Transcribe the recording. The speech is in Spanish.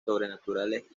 sobrenaturales